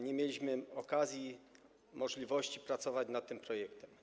Nie mieliśmy okazji, możliwości pracować nad tym projektem.